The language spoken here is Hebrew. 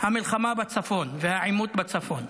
המלחמה והעימות בצפון.